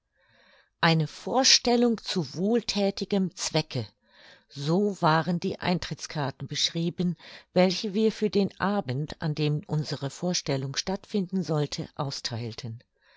eine vorstellung zu wohlthätigem zwecke so waren die eintrittskarten beschrieben welche wir für den abend an dem unsere vorstellung stattfinden sollte austheilten